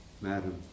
Madam